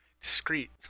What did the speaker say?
discreet